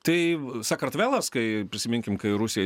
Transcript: tai sakartvelas kai prisiminkim kai rusija